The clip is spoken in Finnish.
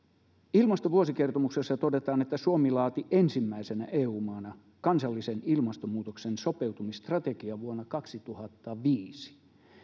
ilmastovuosikertomuksessa todetaan että suomi laati ensimmäisenä eu maana kansallisen ilmastonmuutoksen sopeutumisstrategian vuonna kaksituhattaviisi